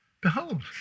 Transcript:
behold